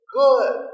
good